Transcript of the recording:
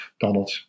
Donald